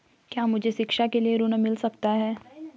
क्या मुझे शिक्षा के लिए ऋण मिल सकता है?